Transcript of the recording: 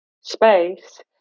space